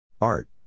Art